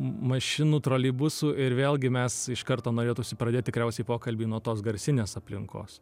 m mašinų troleibusų ir vėlgi mes iš karto norėtųsi pradėt tikriausiai pokalbį nuo tos garsinės aplinkos